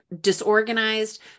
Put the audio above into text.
disorganized